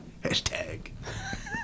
Hashtag